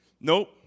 Nope